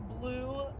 blue